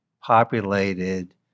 populated